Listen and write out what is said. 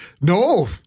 no